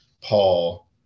Paul